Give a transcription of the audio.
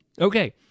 Okay